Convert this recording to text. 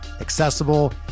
accessible